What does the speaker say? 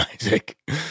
Isaac